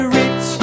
rich